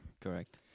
Correct